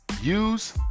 use